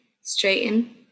straighten